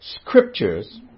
scriptures